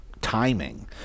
timing